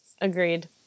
Agreed